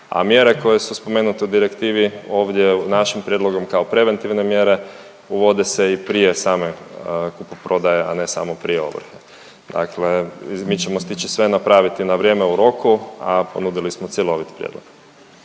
a mjere koje su spomenute u direktive ovdje našim prijedlogom kao preventivne mjere uvode se i prije same kupoprodaje, a ne samo prije ovrhe. Dakle, mi ćemo stići sve napraviti na vrijeme u roku, a ponudili smo cjelovit prijedlog.